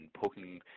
poking